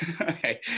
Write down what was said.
Okay